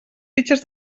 fitxes